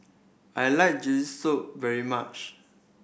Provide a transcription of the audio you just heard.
I like soup very much